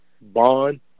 bond